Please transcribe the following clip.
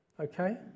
okay